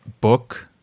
book